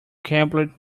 garbled